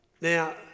Now